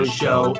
show